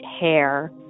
hair